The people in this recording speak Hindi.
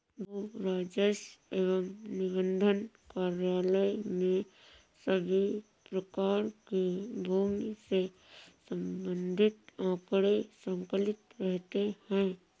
भू राजस्व एवं निबंधन कार्यालय में सभी प्रकार के भूमि से संबंधित आंकड़े संकलित रहते हैं